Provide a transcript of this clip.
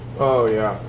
oh, yeah.